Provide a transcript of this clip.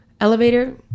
elevator